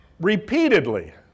Repeatedly